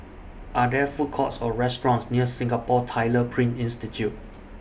Are There Food Courts Or restaurants near Singapore Tyler Print Institute